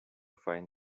find